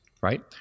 right